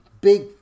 big